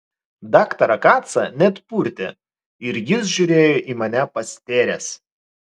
daktarą kacą net purtė ir jis žiūrėjo į mane pastėręs